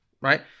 right